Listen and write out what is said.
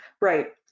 right